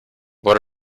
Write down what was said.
what